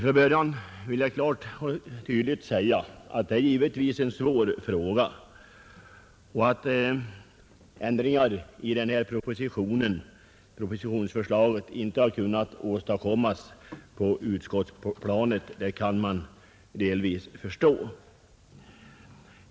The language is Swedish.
Från början vill jag klart och tydligt säga att det givetvis är en svår fråga, och att ändringar i propositionsförslaget inte har kunnat åstadkommas på utskottsplanet kan man delvis förstå.